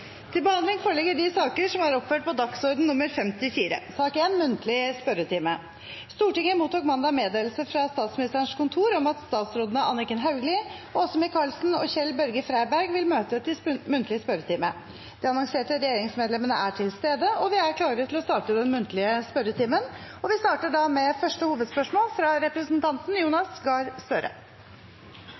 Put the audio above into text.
Stortinget mottok mandag meddelelse fra Statsministerens kontor om at statsrådene Anniken Hauglie, Åse Michaelsen og Kjell-Børge Freiberg vil møte til muntlig spørretime. De annonserte regjeringsmedlemmene er til stede, og vi er klare til å starte den muntlige spørretimen. Vi starter med første hovedspørsmål, fra representanten Jonas Gahr Støre.